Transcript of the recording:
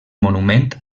monument